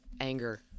anger